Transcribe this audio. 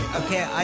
okay